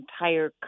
entire